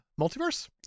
multiverse